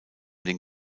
den